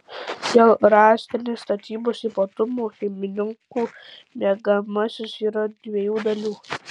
dėl rąstinės statybos ypatumų šeimininkų miegamasis yra dviejų dalių